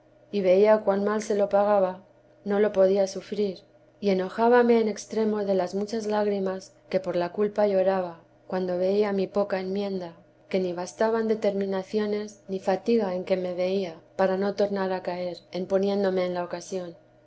y veía cuan mal se lo pagaba no lo podía sufrir y enojábame en extremo de las muteresa de chas lágrimas que por la culpa lloraba cuando veía mi poca enmienda que ni bastaban determinaciones ni fatiga en que me veía para no tornar a caer en poniéndome en la ocasión